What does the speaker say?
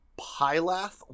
Pilath